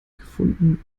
gefunden